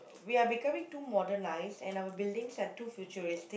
we are becoming too modernised and our buildings are too futuristic